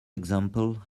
example